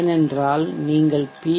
ஏனென்றால் நீங்கள் பி